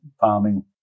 farming